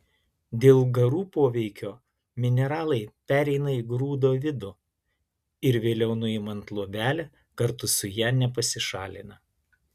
dėl garų poveikio mineralai pereina į grūdo vidų ir vėliau nuimant luobelę kartu su ja nepasišalina